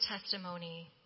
testimony